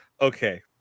Okay